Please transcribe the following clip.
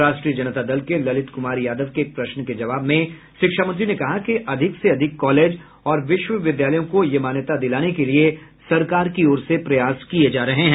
राष्ट्रीय जनता दल के ललित कुमार यादव के एक प्रश्न के जवाब में शिक्षा मंत्री ने कहा कि अधिक से अधिक कॉलेज और विश्वविद्यालयों को यह मान्यता दिलाने के लिए सरकार की ओर से प्रयास किये जा रहे हैं